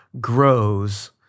grows